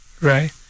right